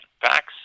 facts